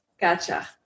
Gotcha